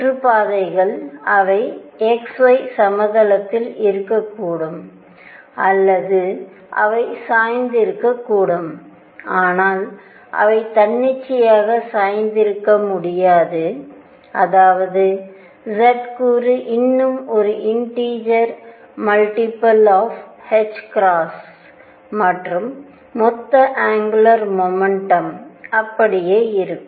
சுற்றுப்பாதைகள் அவை xy சமதளத்தில் இருக்கக்கூடும் அல்லது அவை சாய்ந்திருக்கக்கூடும் ஆனால் அவை தன்னிச்சையாக சாய்ந்திருக்க முடியாது அதாவது z கூறு இன்னும் ஒரு இண்டீஜர் மல்டிபிள் ஆப் மற்றும் மொத்த அங்குலார் மொமெண்டம் அப்படியே இருக்கும்